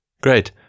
Great